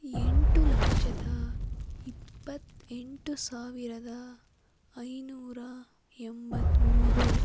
ಎಂಟು ಲಕ್ಷದ ಇಪ್ಪತ್ತ ಎಂಟು ಸಾವಿರದ ಐನೂರ ಎಂಬತ್ತಮೂರು